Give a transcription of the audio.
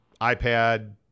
iPad